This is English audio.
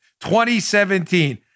2017